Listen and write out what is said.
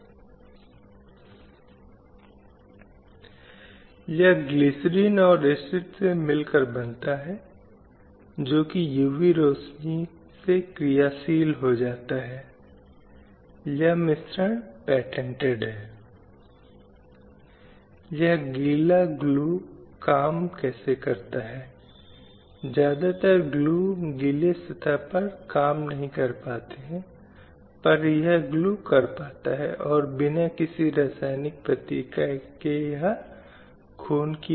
इसलिए लिंगानुपात या लैंगिकरचना के संबंध में हमारे पास 933 महिलाओं के मुकाबले हजार पुरुष हैं जबकि साक्षरता दर के संबंध में यह 757 पुरुषों के मुकाबले 537 महिलाएं हैं आर्थिक भागीदारी के संबंध में यह 51 पुरुषों के मुकाबले 25 महिलाएं हैं अगर कोई मुख्य कामगारों के संबंध में देखता है तो आप पाएंगे कि मुख्य रूप से यह 767 पुरुषों के मुकाबले 233 महिलाएं हैं और जहां यह महिलाओं के लिए है अधिकांश रोजगार ग्रामीण क्षेत्रों में खेती और सांस्कृतिक श्रम क्षेत्र में है